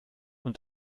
und